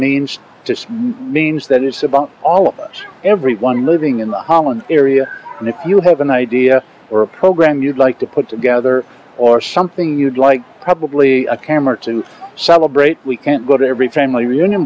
means just means that it's about all of us everyone living in the holland area and if you have an idea or a program you'd like to put together or something you'd like probably a camera to celebrate we can't go to every family reunion